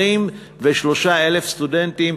23,000 סטודנטים,